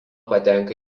patenka